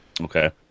Okay